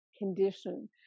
condition